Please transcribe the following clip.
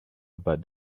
about